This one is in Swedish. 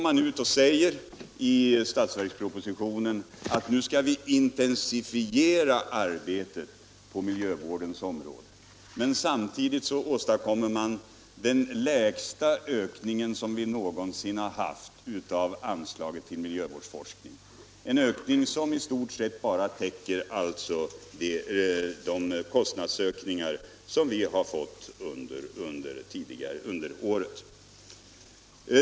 Man anför i budgetpropositionen att vi nu skall intensifiera arbetet på miljövårdens område, men samtidigt åstadkommer man den lägsta ökning vi någonsin haft av anslaget till miljövårdsforskning — en ökning som i stort sett bara täcker de kostnadsökningar som vi fått under året.